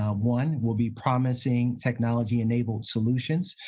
um one, will be promising technology enabled solutions.